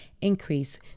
increase